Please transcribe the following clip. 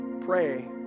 Pray